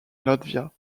latvia